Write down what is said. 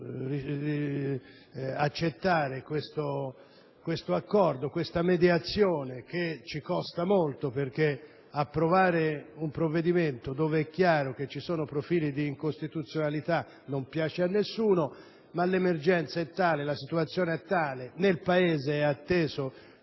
accettare questo accordo, questa mediazione che ci costa molto, perché approvare un provvedimento in cui è chiaro che ci sono profili di incostituzionalità non piace a nessuno, ma l'emergenza e la situazione sono tali e nel Paese questo